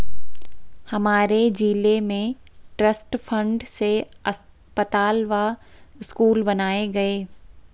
हमारे जिले में ट्रस्ट फंड से अस्पताल व स्कूल बनाए गए